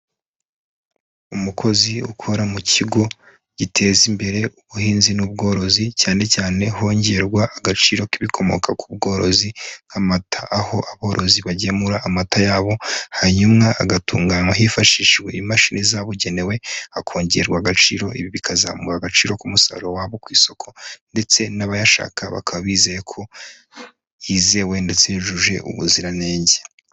Umukozi ukora mu kigo giteza imbere ubuhinzi n'ubworozi cyane cyane hongererwa agaciro k'ibikomoka ku bworozi nk'amata. Aho aborozi bagemura amata yabo hanyuma agatunganywa hifashishijwe imashini zabugenewe, hakongererwa agaciro. Ibi bikazamura agaciro k'umusaruro wabo ku isoko ndetse n'abayashaka bakaba bizeye ko yizewe ndetse yujuje ubuziranenge.